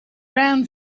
ran